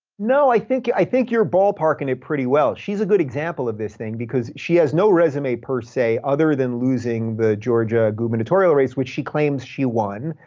no, i think i think you're ball parking it pretty well. she's a good example of this thing because she has no resume per se other than losing the georgia gubernatorial race, which she claims she won,